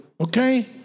Okay